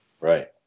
Right